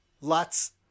Lots